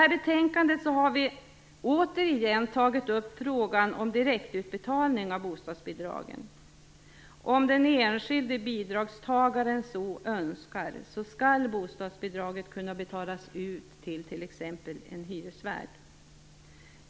I betänkandet har vi återigen tagit upp frågan om direktutbetalning av bostadsbidragen. Om den enskilde bidragstagaren så önskar skall bostadsbidraget kunna betalas ut till t.ex. en hyresvärd.